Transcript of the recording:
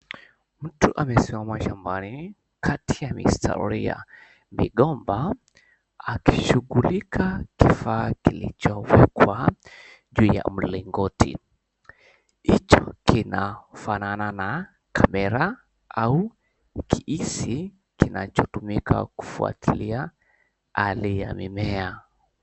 Mtu amesimama shambani kati ya mistari ya migomba akishughulika kifaa kilichowekwa juu ya mlingoti. Hicho kinafanana na kamera au kihisi kinachotumika kufuatilia hali ya mimea.